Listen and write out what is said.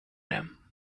them